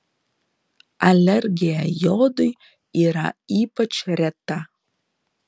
alergija jodui yra ypač reta